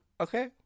Okay